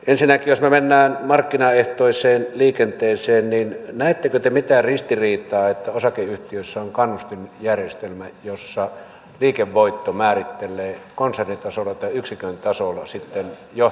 ensinnäkin jos me menemme markkinaehtoiseen liikenteeseen näettekö te mitään ristiriitaa että osakeyhtiöissä on kannustinjärjestelmä jossa liikevoitto määrittelee sitten konsernitasolla tai yksikön tasolla johtajien palkat